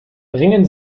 bringen